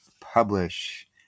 publish